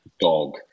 dog